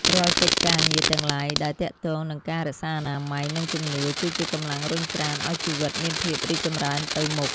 រាល់កិច្ចការងារទាំងឡាយដែលទាក់ទងនឹងការរក្សាអនាម័យ និងជំនឿ គឺជាកម្លាំងរុញច្រានឱ្យជីវិតមានភាពរីកចម្រើនទៅមុខ។